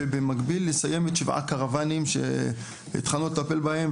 ובמקביל לסיים את שבעת הקרוואנים שהתחלנו לטפל בהם,